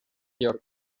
york